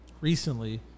recently